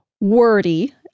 wordy